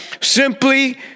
simply